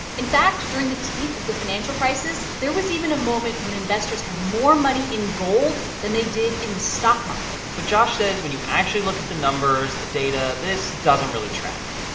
in fact, during the teeth of the financial crisis, there was even a moment when investors had more money in gold than they did in the stock market but josh says, when you actually look at the numbers, the data, this doesn't really track.